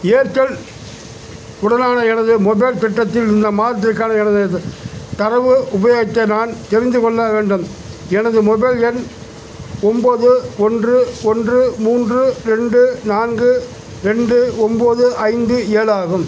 Airtel உடனான எனது mobile திட்டத்தில் இந்த மாதத்திற்கான எனது தரவு உபயோகத்தை நான் தெரிந்துக் கொள்ள வேண்டும் எனது மொபைல் எண் ஒம்பது ஒன்று ஒன்று மூன்று ரெண்டு நான்கு ரெண்டு ஒம்பது ஐந்து ஏழு ஆகும்